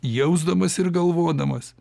jausdamas ir galvodamas